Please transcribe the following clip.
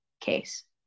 case